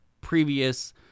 previous –